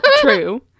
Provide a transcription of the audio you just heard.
True